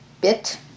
bit